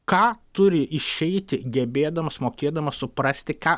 ką turi išeiti gebėdamas mokėdamas suprasti ką